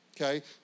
okay